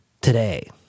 today